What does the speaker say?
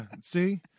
see